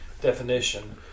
definition